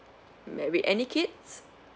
married any kids